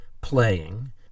playing